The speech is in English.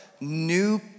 new